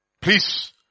Please